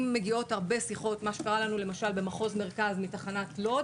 אם מגיעות הרבה שיחות מה שקרה לנו למשל במחוז מרכז בתחנת לוד